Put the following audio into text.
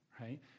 right